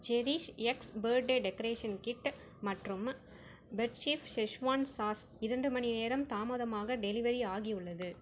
cherish X birthday decoration kit மற்றும் பெட்ஷீப் schezwan sauce இரண்டு மணிநேரம் தாமதமாக டெலிவரி ஆகியுள்ளது